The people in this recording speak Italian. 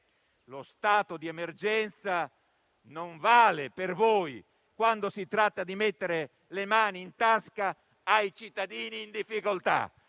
lo stato di emergenza non vale per voi, quando si tratta di mettere le mani in tasca ai cittadini in difficoltà.